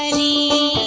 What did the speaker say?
and the